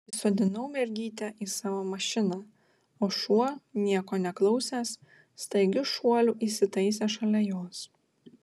įsodinau mergytę į savo mašiną o šuo nieko neklausęs staigiu šuoliu įsitaisė šalia jos